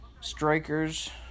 strikers